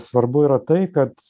svarbu yra tai kad